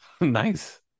Nice